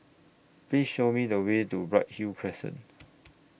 Please Show Me The Way to Bright Hill Crescent